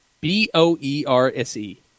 B-O-E-R-S-E